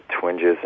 twinges